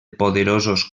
poderosos